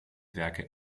werke